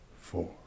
four